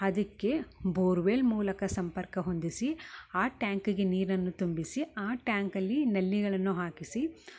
ಅದಕ್ಕೆ ಬೋರ್ವೆಲ್ ಮೂಲಕ ಸಂಪರ್ಕ ಹೊಂದಿಸಿ ಆ ಟ್ಯಾಂಕ್ಗೆ ನೀರನ್ನು ತುಂಬಿಸಿ ಆ ಟ್ಯಾಂಕಲ್ಲಿ ನಲ್ಲಿಗಳನ್ನು ಹಾಕಿಸಿ